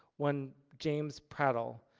one james praddle,